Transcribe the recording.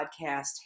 Podcast